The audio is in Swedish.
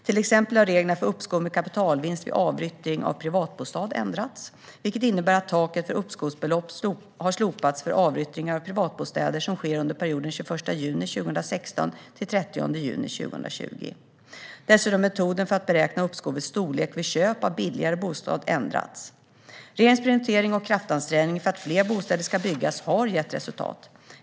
Till exempel har reglerna för uppskov med kapitalvinst vid avyttring av privatbostad ändrats, vilket innebär att taket för uppskovsbelopp har slopats för avyttringar av privatbostäder som sker under perioden 21 juni 2016-30 juni 2020. Dessutom har metoden för att beräkna uppskovets storlek vid köp av billigare bostad ändrats. Regeringens prioritering och kraftansträngning för att fler bostäder ska byggas har gett resultat.